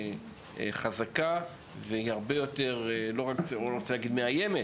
חזקה והיא הרבה יותר לא רוצה להגיד "מאיימת"